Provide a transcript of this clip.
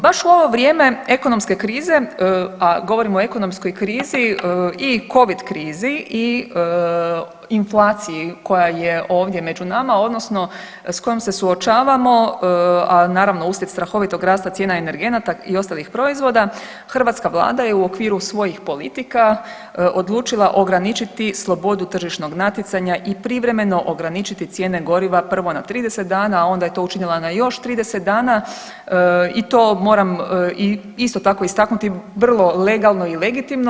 Baš u ovo vrijeme ekonomske krize, a govorim o ekonomskoj krizi i covid krizi i inflaciji koja je ovdje među nama, odnosno sa kojom se suočavamo a naravno uslijed strahovitog rasta cijena energenata i ostalih proizvoda hrvatska Vlada je u okviru svojih politika odlučila ograničiti slobodu tržišnog natjecanja i privremeno ograničiti cijene goriva prvo na 30 dana, a onda je to učinila na još 30 dana i to moram isto tako istaknuti vrlo legalno i legitimno.